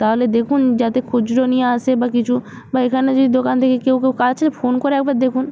তাহলে দেখুন যাতে খুচরো নিয়ে আসে বা কিছু বা এখানে যে দোকান থেকে কেউ কেউ কাছে ফোন করে একবার দেখুন